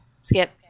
Skip